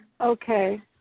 Okay